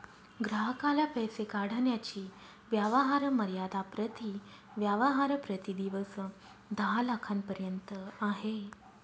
ग्राहकाला पैसे काढण्याची व्यवहार मर्यादा प्रति व्यवहार प्रति दिवस दहा लाखांपर्यंत आहे